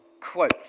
quote